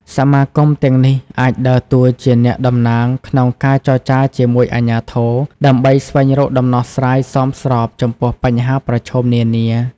សមាគមទាំងនេះអាចដើរតួជាអ្នកតំណាងក្នុងការចរចាជាមួយអាជ្ញាធរ ដើម្បីស្វែងរកដំណោះស្រាយសមស្របចំពោះបញ្ហាប្រឈមនានា ។